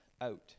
out